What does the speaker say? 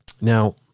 Now